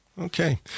Okay